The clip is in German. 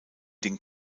den